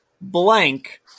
blank